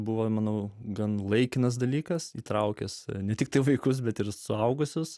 buvo manau gan laikinas dalykas įtraukiantis ne tiktai vaikus bet ir suaugusius